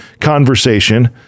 conversation